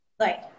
Right